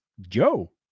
joe